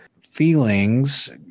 feelings